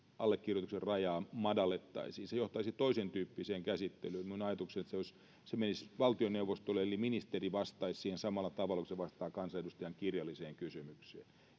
allekirjoituksen rajaa madallettaisiin se johtaisi toisen tyyppiseen käsittelyyn minun ajatukseni on että se menisi valtioneuvostolle eli ministeri vastaisi siihen samalla tavalla kuin hän vastaa kansanedustajan kirjalliseen kysymykseen